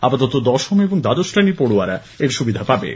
আপাতত দশম এবং দ্বাদশ শ্রেণীর পড়য়ারা এর সুবিধা পাবেন